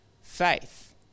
faith